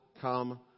come